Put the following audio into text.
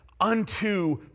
unto